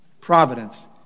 Providence